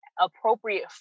appropriate